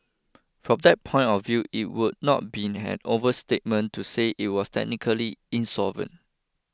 from that point of view it would not be an overstatement to say it was technically insolvent